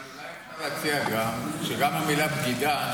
אבל אולי אפשר להציע שגם המילה "בגידה",